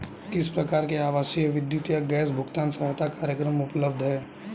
किस प्रकार के आवासीय विद्युत या गैस भुगतान सहायता कार्यक्रम उपलब्ध हैं?